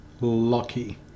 lucky